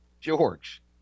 George